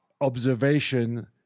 observation